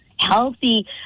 healthy